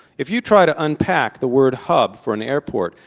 if you try to unpack the word hub for an airport,